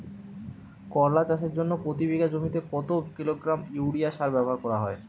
করলা চাষের জন্য প্রতি বিঘা জমিতে কত কিলোগ্রাম ইউরিয়া সার ব্যবহার করা হয়?